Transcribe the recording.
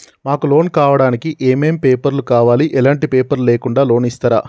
మాకు లోన్ కావడానికి ఏమేం పేపర్లు కావాలి ఎలాంటి పేపర్లు లేకుండా లోన్ ఇస్తరా?